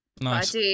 nice